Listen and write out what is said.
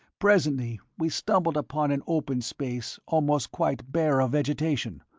presently we stumbled upon an open space almost quite bare of vegetation,